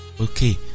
okay